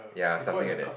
ya something like that